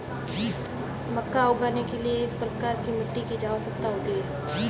मक्का उगाने के लिए किस प्रकार की मिट्टी की आवश्यकता होती है?